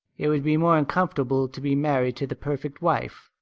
it would be more uncomfortable to be married to the perfect wife,